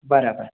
બરાબર